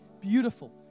Beautiful